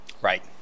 right